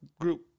group